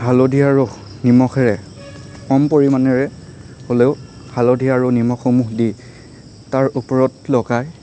হালধি আৰু নিমখেৰে কম পৰিমাণেৰে হ'লেও হালধি আৰু নিমখসমূহ দি তাৰ ওপৰত লগাই